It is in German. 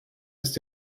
ist